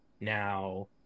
Now